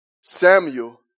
Samuel